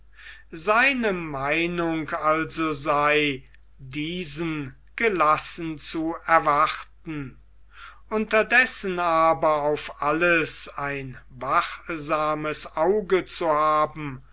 seine meinung also sei diesen gelassen zu erwarten unterdessen aber auf alles ein wachsames auge zu haben